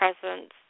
presence